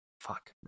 Fuck